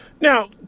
Now